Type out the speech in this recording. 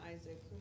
Isaac